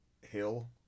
Hill